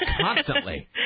constantly